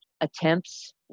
attempts